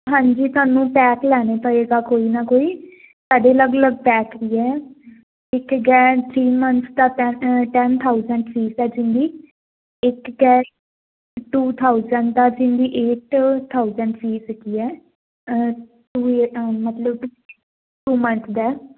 ਹਾਂਜੀ ਤੁਹਾਨੂੰ ਪੈਕ ਲੈਣੇ ਪਏਗਾ ਕੋਈ ਨਾ ਕੋਈ ਸਾਡੇ ਅਲੱਗ ਅਲੱਗ ਪੈਕ ਵੀ ਹ ਇੱਕ ਗੈਰ ਥ੍ਰੀ ਮੰਥ ਦਾ ਪੈ ਟੈਂਨ ਥਾਊਜੈਂਟ ਫੀਸ ਹੈ ਜੀ ਇਹਦੀ ਇੱਕ ਕੇ ਟੂ ਥਾਊਜੈਂਟ ਦਾ ਜਿਨਦੀ ਏਟ ਥਾਊਜੈਂਟ ਫੀਸ ਹੈਗੀ ਐ ਟੂ ਏਟਹ ਮਤਲਬ ਟੂ ਮੰਨਥ ਦਾ